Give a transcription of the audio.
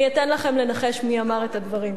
אני אתן לכם לנחש מי אמר את הדברים: